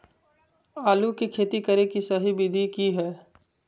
आलू के खेती करें के सही विधि की हय?